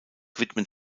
widmet